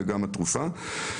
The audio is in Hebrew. וגם התרופה.